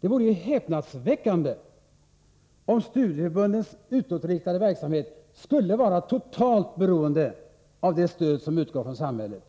Det vore häpnadsväckande om studieförbundens utåtriktade verksamhet skulle vara totalt beroende av det stöd som utgår från samhället.